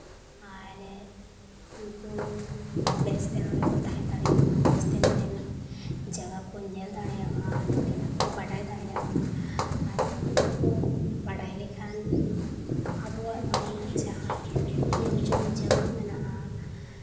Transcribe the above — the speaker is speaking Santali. ᱟᱨ ᱩᱱᱠᱩ ᱵᱮᱥ ᱛᱮ ᱱᱚᱰᱮ ᱠᱚ ᱛᱟᱦᱮᱱ ᱫᱟᱲᱮᱭᱟᱜ ᱢᱟ ᱟᱨ ᱵᱮᱥ ᱛᱮ ᱱᱚᱰᱮᱱᱟᱜ ᱡᱟᱭᱜᱟ ᱠᱚ ᱧᱮᱞ ᱫᱟᱲᱮᱭᱟᱜ ᱢᱟ ᱱᱚᱰᱮᱱᱟᱜ ᱠᱚ ᱵᱟᱲᱟᱭ ᱫᱟᱲᱮᱭᱟᱜ ᱢᱟ ᱟᱨ ᱩᱱᱠᱩ ᱠᱚ ᱵᱟᱰᱟᱭ ᱞᱮᱠᱷᱟᱱ ᱟᱵᱚᱣᱟᱜ ᱱᱚᱰᱮᱱᱟᱜ ᱡᱟᱦᱟᱸ ᱧᱮᱞ ᱡᱚᱝ ᱡᱟᱭᱜᱟ ᱢᱮᱱᱟᱜᱼᱟ